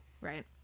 Right